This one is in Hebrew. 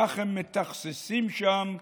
כך הם מתכססים שם,